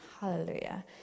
Hallelujah